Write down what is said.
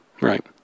Right